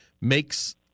makes